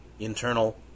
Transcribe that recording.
Internal